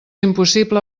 impossible